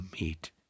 meet